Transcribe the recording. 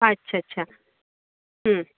अच्छाच्छा